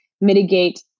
mitigate